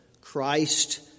Christ